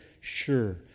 sure